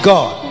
God